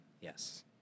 Yes